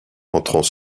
entrant